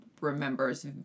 remembers